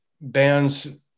bands